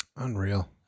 Unreal